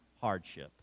hardship